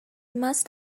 must